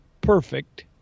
perfect